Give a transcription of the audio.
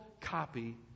copy